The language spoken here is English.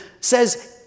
says